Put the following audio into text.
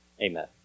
Amen